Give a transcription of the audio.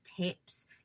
tips